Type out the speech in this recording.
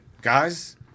Guys